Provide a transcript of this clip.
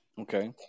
Okay